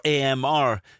AMR